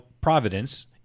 providence